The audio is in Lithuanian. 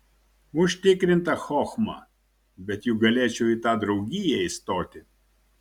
užtikrinta chochma bet juk galėčiau į tą draugiją įstoti